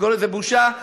זאת בושה.